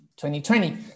2020